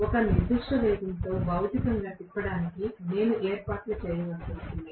ఒక నిర్దిష్ట వేగంతో భౌతికంగా తిప్పడానికి నేను ఏర్పాట్లు చేయాల్సి ఉంది